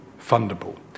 fundable